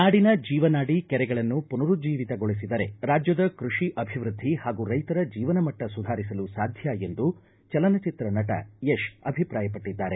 ನಾಡಿನ ಜೀವ ನಾಡಿ ಕೆರೆಗಳನ್ನು ಪುನರುಜ್ಜೀವಿತ ಗೊಳಿಸಿದರೆ ರಾಜ್ಯದ ಕೃಷಿ ಅಭಿವೃದ್ದಿ ಹಾಗೂ ರೈತರ ಜೀವನ ಮಟ್ಟ ಸುದಾರಿಸಲು ಸಾಧ್ಯ ಎಂದು ಚಲನಚಿತ್ರ ನಟ ಯಶ್ ಅಭಿಪ್ರಾಯಪಟ್ಟದ್ದಾರೆ